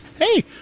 hey